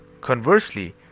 conversely